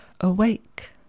Awake